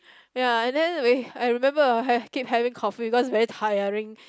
ya and then we I remember I have keep having coffee cause very tiring